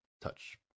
touch